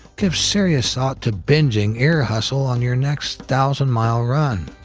give serious thought to binging ear hustle on your next thousand-mile run.